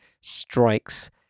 strikes